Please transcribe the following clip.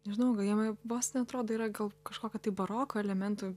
nežinau gal jame vos ne atrodo yra gal kažkokio tai baroko elementų